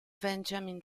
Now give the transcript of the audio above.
benjamin